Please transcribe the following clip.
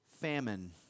famine